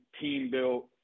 team-built